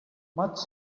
much